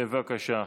בבקשה.